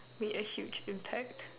made a huge impact